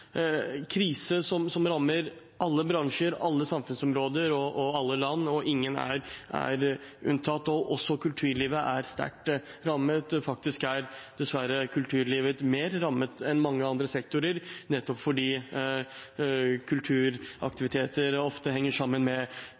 krise som rammer alle bransjer, alle samfunnsområder og alle land. Ingen er unntatt. Også kulturlivet er sterkt rammet. Faktisk er dessverre kulturlivet mer rammet enn mange andre sektorer, nettopp fordi kulturaktiviteter ofte henger sammen med